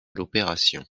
l’opération